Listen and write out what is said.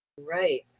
Right